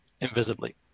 invisibly